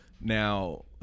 now